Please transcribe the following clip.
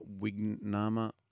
Wignama